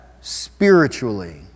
spiritually